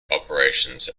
operations